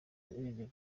irengero